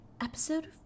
Episode